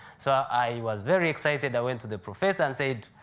so i was very excited. i went to the professor and said,